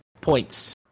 points